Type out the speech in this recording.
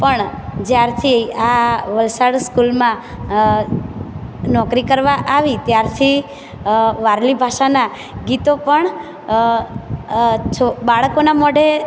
પણ જ્યારથી આ વલસાડ સ્કૂલમાં નોકરી કરવા આવી ત્યારથી વારલી ભાષાનાં ગીતો પણ બાળકોનાં મોઢે